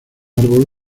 árbol